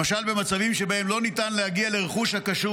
למשל במצבים שבהם לא ניתן להגיע לרכוש הקשור